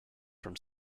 from